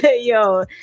yo